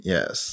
Yes